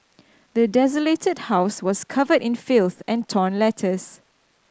the desolated house was covered in filth and torn letters